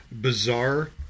Bizarre